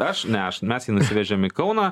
aš ne aš mes jį nusivežėm į kauną